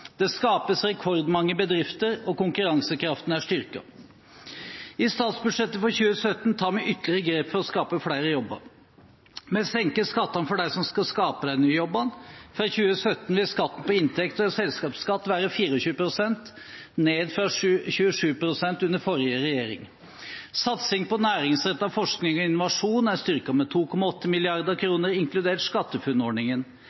Det skapes rekordmange bedrifter, og konkurransekraften er styrket. I statsbudsjettet for 2017 tar vi ytterligere grep for å skape flere jobber: Vi senker skattene for dem som skal skape de nye jobbene. Fra 2017 vil skatten på inntekt og selskapsskatt være på 24 pst., ned fra 27 pst. under forrige regjering. Satsingen på næringsrettet forskning og innovasjon er styrket med 2,8